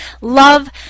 love